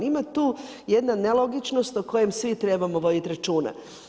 Ima tu jedna nelogičnost o kojem svi trebamo voditi računa.